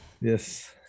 Yes